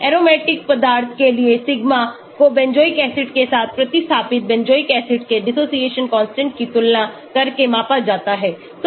aromatic पदार्थ के लिए सिग्मा को बेंजोइक एसिड के साथ प्रतिस्थापित बेंजोइक एसिड के dissociation constant की तुलना करके मापा जाता है